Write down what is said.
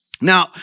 Now